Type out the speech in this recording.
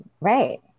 Right